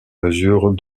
mesure